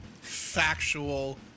factual